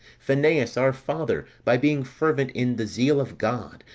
phinees, our father, by being fervent in the zeal of god,